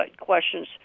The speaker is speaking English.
questions